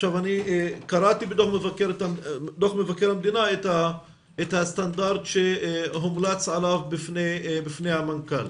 קראתי בדוח מבקר המדינה את הסטנדרט שהומלץ עליו בפני המנכ"ל,